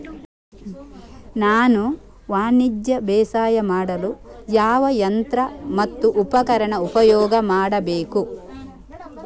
ನಾನು ವಾಣಿಜ್ಯ ಬೇಸಾಯ ಮಾಡಲು ಯಾವ ಯಂತ್ರ ಮತ್ತು ಉಪಕರಣ ಉಪಯೋಗ ಮಾಡಬೇಕು?